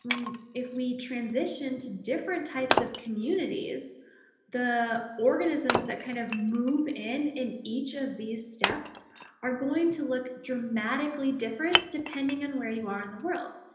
if we transition to different types of communities the organisms that kind of move in in each of these steps are going to look dramatically different depending on where you are in the world.